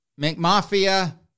McMafia